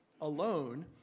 alone